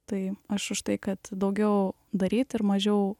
tai aš už tai kad daugiau daryt ir mažiau